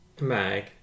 Mag